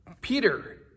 Peter